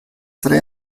tre